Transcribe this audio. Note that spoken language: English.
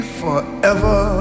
forever